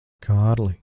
kārli